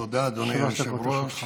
תודה, אדוני היושב-ראש.